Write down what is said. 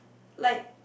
like